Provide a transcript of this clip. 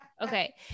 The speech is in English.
Okay